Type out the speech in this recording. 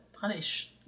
punish